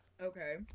Okay